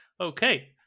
Okay